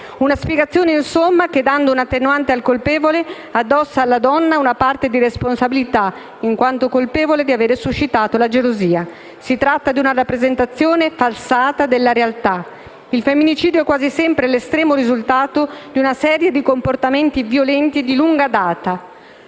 Una spiegazione, insomma, che dando un'attenuante al colpevole, addossa alla donna una parte di responsabilità in quanto colpevole di avere suscitato la gelosia. Si tratta di una rappresentazione falsata della realtà. Il femminicidio è quasi sempre l'estremo risultato di una serie di comportamenti violenti di lunga data.